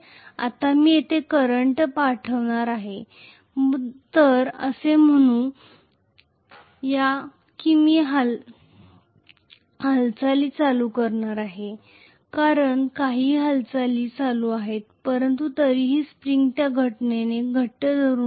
आता मी येथे करंट पाठवणार आहे तर असे म्हणू या की मी हालचाली चालू करणार आहे कारण काही हालचाली चालू आहेत पण तरीही स्प्रिंग त्या घटनेने घट्ट धरून आहे